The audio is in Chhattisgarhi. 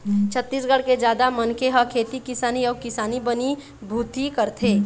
छत्तीसगढ़ के जादा मनखे ह खेती किसानी अउ किसानी बनी भूथी करथे